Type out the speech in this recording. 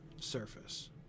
surface